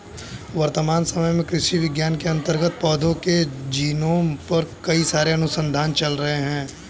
वर्तमान समय में कृषि विज्ञान के अंतर्गत पौधों के जीनोम पर कई सारे अनुसंधान चल रहे हैं